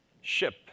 ship